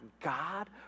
God